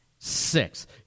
six